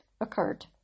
Occurred